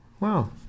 Wow